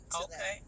okay